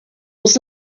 was